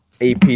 AP